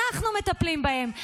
אנחנו מטפלים בהם.